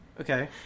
Okay